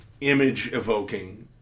image-evoking